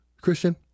Christian